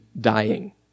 dying